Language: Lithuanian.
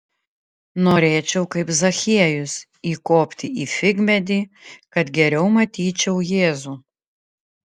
norėčiau kaip zachiejus įkopti į figmedį kad geriau matyčiau jėzų